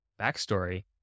backstory